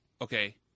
Okay